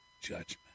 judgment